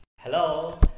Hello